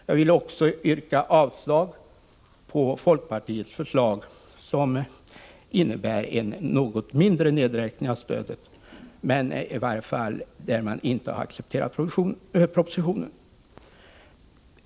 Jag vill också yrka avslag på folkpartiets förslag, som innebär en något mindre nedräkning av stödet, men i vilket man i varje fall inte har accepterat propositionen.